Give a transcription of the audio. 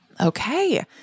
Okay